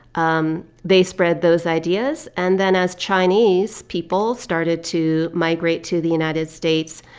um they spread those ideas. and then as chinese people started to migrate to the united states,